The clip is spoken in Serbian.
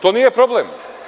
To nije problem.